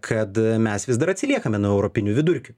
kad mes vis dar atsiliekame nuo europinių vidurkių